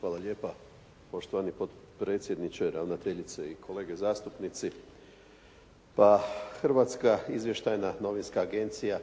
Hvala lijepa. Poštovani gospodine potpredsjedniče, ravnateljice i kolege zastupnici. Pa Hrvatska izvještajna novinska agencija